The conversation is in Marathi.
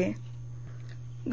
नाना पटोले गडचिरोली